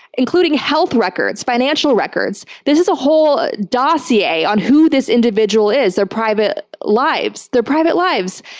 including health records, financial records. this is a whole dossier on who this individual is, their private lives. their private lives!